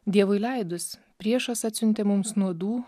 dievui leidus priešas atsiuntė mums nuodų